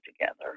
together